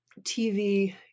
TV